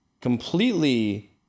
completely